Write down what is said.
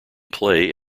play